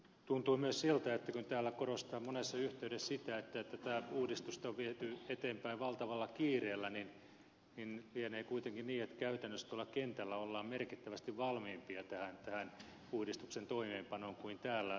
tuntuu myös siltä että kun täällä korostetaan monessa yhteydessä sitä että tätä uudistusta on viety eteenpäin valtavalla kiireellä niin lienee kuitenkin niin että käytännössä tuolla kentällä ollaan merkittävästi valmiimpia tähän uudistuksen toimeenpanoon kuin täällä konsanaan